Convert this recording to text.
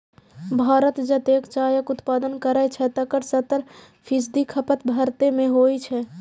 भारत जतेक चायक उत्पादन करै छै, तकर सत्तर फीसदी खपत भारते मे होइ छै